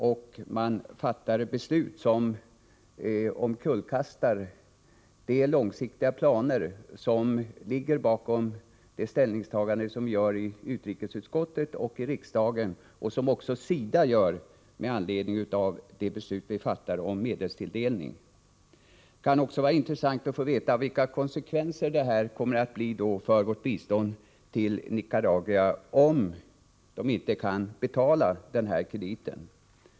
Man fattar alltså beslut som omkullkastar de långsiktiga planer som ligger bakom de ställningstaganden vi gör i utrikesutskottet och i riksdagen och som också SIDA gör med anledning av de beslut vi fattar om medelstilldelning. Det kan också vara intressant att få veta vilka konsekvenser det kommer att få för vårt bistånd till Nicaragua, om Nicaragua inte kan betala den här krediten.